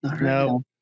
No